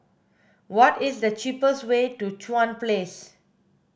what is the cheapest way to Chuan Place